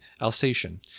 Alsatian